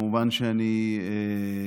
כמובן שאני עוקב.